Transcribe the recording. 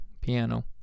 piano